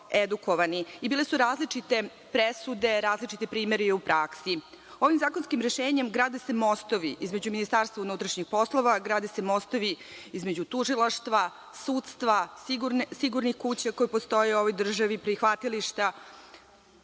i bile su različite presude, različiti primeri u praksi. Ovi zakonskim rešenjem grade se mostovi između Ministarstva unutrašnjih poslova, grade se mostovi između tužilaštva, sudstva, sigurnih kuća koje postoje u ovoj državi, prihvatilišta.